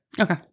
Okay